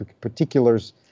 particulars